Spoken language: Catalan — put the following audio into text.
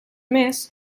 mes